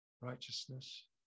Righteousness